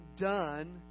done